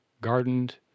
gardened